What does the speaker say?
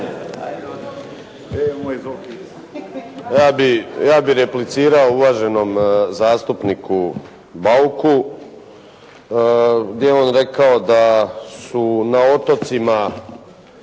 Ja bih replicirao uvaženom zastupniku Bauku gdje je on rekao da su na otocima